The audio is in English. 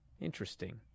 Interesting